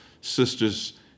sisters